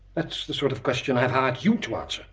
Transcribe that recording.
that's the sort of question i've hired you to answer.